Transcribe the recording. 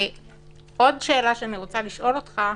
עוד שאלה שאני רוצה לשאול אותך,